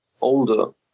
older